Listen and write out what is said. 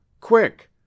Quick